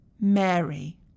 Mary